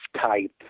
type